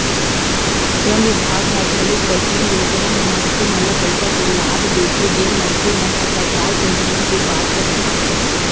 श्रम बिभाग ह घलोक कइठन योजना म मनखे मन ल पइसा के लाभ देथे जेन मनखे मन ह सरकार के नियम के पात्र म आथे